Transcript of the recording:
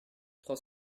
trois